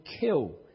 kill